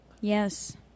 Yes